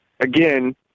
Again